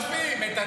אתם רודפים את הצבא,